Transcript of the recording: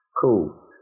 cool